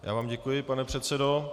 Já vám děkuji, pane předsedo.